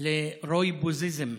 ל"רוי בויזם"